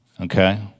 Okay